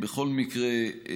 בכל מקרה,